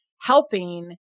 helping